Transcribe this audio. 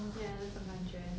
ya 这种感觉